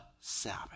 Sabbath